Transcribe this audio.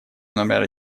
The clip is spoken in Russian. номер